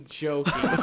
joking